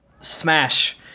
Smash